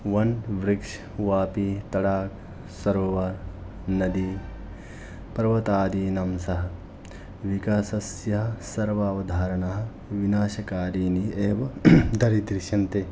वनवृक्षवापीतडागसरोवरनदी पर्वतादीनां सह विकासस्य सर्वावधारणाः विनाशकारिणी एव दरीदृश्यन्ते